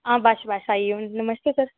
बस बस आई हून नमस्ते सर